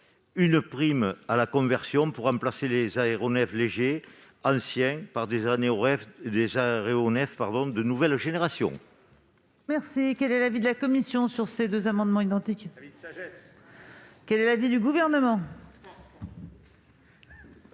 une prime à la conversion pour remplacer les aéronefs légers anciens par des aéronefs de nouvelle génération.